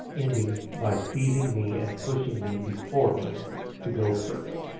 ending by seizing me and pushing me before him to go first.